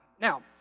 Now